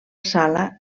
sala